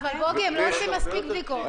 אבל, בוגי, הם לא עושים מספיק בדיקות.